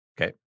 Okay